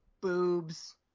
Boobs